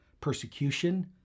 persecution